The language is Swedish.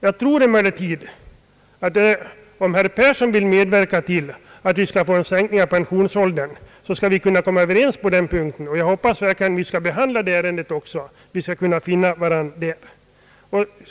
Jag tror emellertid att om herr Persson vill medverka till sänkt pensionsålder så skall vi få en verklig behandling av det ärendet och kanske finna varandra.